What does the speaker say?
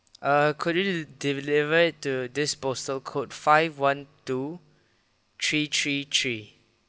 uh could you deliver it to this postal code five one two three three three